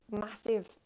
massive